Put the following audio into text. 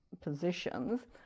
positions